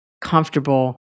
comfortable